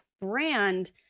brand